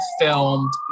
filmed